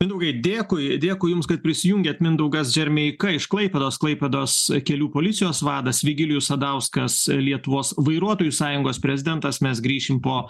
mindaugai dėkui dėkui jums kad prisijungėt mindaugas džermeika iš klaipėdos klaipėdos kelių policijos vadas vigilijus sadauskas lietuvos vairuotojų sąjungos prezidentas mes grįšime po